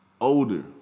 Older